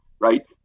right